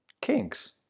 kinks